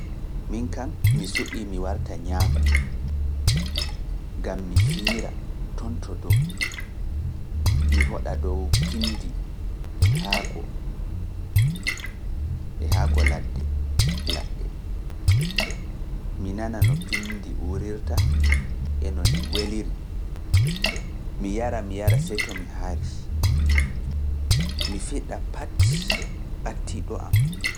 Min kam, mi suɓii mi warta ñaaku, ngam mi fiira toon to dow, mi hoɗa dow pindi e haako ladde. Mi nana no pindi uurirta e no ndi weliri. Mi yara mi yara, seeto mi haari, mi fiɗa pat ɓatti ɗo am.